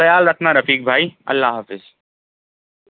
خیال رکھنا رفیق بھائی اللہ حافظ